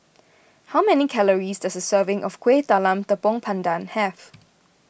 how many calories does a serving of Kueh Talam Tepong Pandan have